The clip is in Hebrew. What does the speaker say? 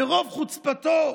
ברוב חוצפתו,